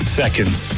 seconds